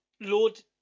Lord